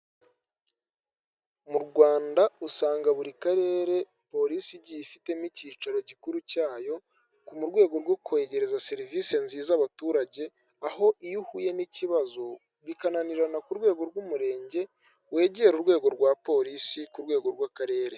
Mu Rwanda usanga buri karere polisi igiye ifitemo icyicaro gikuru cyayo mu rwego rwo kwegereza serivisi nziza abaturage, aho iyo uhuye nikibazo bikananirana ku rwego rw'umurenge wegera urwego rwa polisi ku rwego rw'akarere.